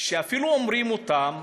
שאפילו אומרים אותם